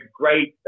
great